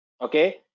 Okay